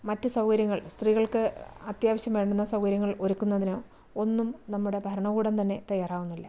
മറ്റു സൗകര്യങ്ങൾ സ്ത്രീകൾക്ക് അത്യാവശ്യം വേണ്ടുന്ന സൗകര്യങ്ങൾ ഒരുക്കുന്നതിനോ ഒന്നും നമ്മുടെ ഭരണകൂടം തന്നെ തയ്യാറാവുന്നില്ല